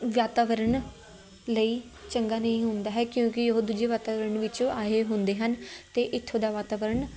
ਵਾਤਾਵਰਨ ਲਈ ਚੰਗਾ ਨਹੀਂ ਹੁੰਦਾ ਹੈ ਕਿਉਂਕਿ ਉਹ ਦੂਜੇ ਵਾਤਾਵਰਨ ਵਿੱਚ ਆਏ ਹੁੰਦੇ ਹਨ ਅਤੇ ਇੱਥੋਂ ਦਾ ਵਾਤਾਵਰਨ